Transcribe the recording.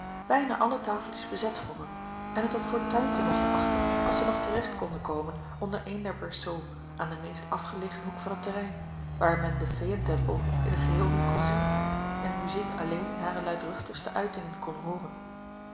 bijna alle tafeltjes bezet vonden en het een fortuintje mochten achten als zij nog terecht konden komen onder een der berceaux aan den meest afgelegen hoek van het terrein waar men den feeëntempel in t geheel niet kon zien en de muziek alleen in hare luidruchtigste uitingen kon hooren